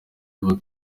abo